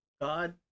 God